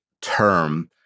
term